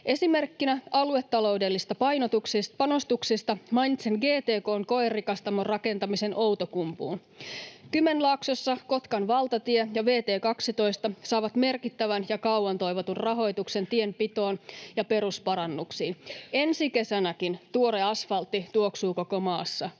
Esimerkkinä aluetaloudellisista panostuksista mainitsen GTK:n koerikastamon rakentamisen Outokumpuun. Kymenlaaksossa Kotkan valtatie ja vt 12 saavat merkittävän ja kauan toivotun rahoituksen tienpitoon ja perusparannuksiin. Ensi kesänäkin tuore asfaltti tuoksuu koko maassa.